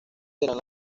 serán